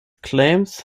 claims